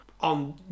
on